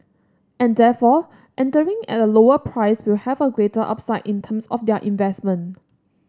and therefore entering at a lower price will have a greater upside in terms of their investment